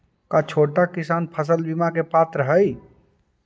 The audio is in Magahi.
का छोटा किसान फसल बीमा के पात्र हई?